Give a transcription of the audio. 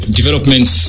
developments